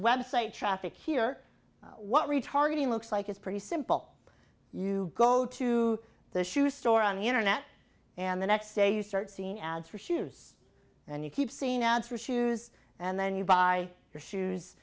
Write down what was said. website traffic here what retargeting looks like is pretty simple you go to the shoe store on the internet and the next day you start seeing ads for shoes and you keep seeing ads for shoes and then you buy your shoes